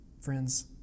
Friends